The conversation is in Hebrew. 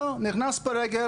נכנס ברגל,